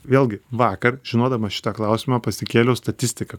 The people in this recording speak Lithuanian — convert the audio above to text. vėlgi vakar žinodamas šitą klausimą pasikėliau statistiką